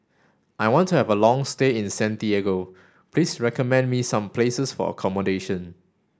I want to have a long stay in Santiago please recommend me some places for accommodation